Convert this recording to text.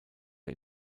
der